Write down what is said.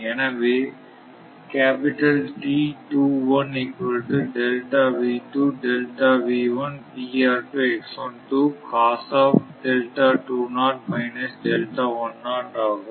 எனவே ஆகும்